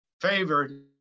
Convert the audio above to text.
favored